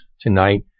Tonight